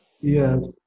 Yes